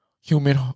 human